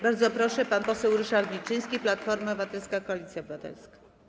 Bardzo proszę, pan poseł Ryszard Wilczyński, Platforma Obywatelska - Koalicja Obywatelska.